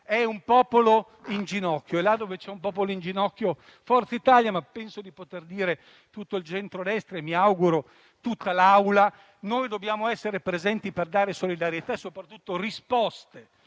un popolo in ginocchio e, là dove c'è un popolo in ginocchio, Forza Italia, ma penso di poter dire tutto il centrodestra e mi auguro tutta l'Assemblea, vogliono essere presenti, per dare solidarietà e soprattutto risposte